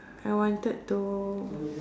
I wanted to